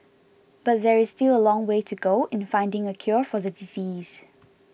but there is still a long way to go in finding a cure for the disease